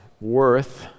worth